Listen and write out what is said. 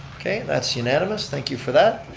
okay that's unanimous, thank you for that.